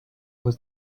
was